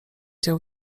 dzieł